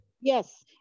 Yes